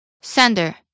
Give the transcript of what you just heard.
Sender